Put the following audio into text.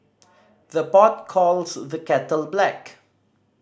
the pot calls the kettle black